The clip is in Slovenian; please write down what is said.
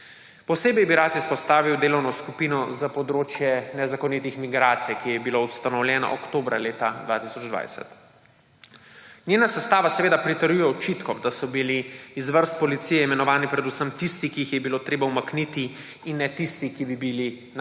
Posebej bi rad izpostavil delovno skupino za področje nezakonitih migracij, ki je bilo ustanovljeno oktobra leta 2020. Njena sestava seveda pritrjuje očitkom, da so bili iz vrst policije imenovani predvsem tisti, ki jih je bilo treba umakniti, in ne tisti, ki bi bili najbolj